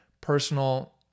personal